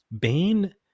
Bane